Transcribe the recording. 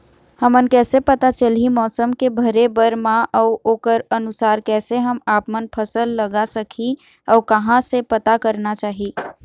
हमन कैसे पता चलही मौसम के भरे बर मा अउ ओकर अनुसार कैसे हम आपमन फसल लगा सकही अउ कहां से पता करना चाही?